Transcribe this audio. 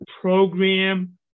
program